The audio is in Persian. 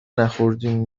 نخوردیم